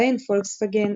בהן פולקסווגן,